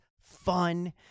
fun